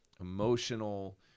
emotional